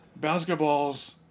Basketballs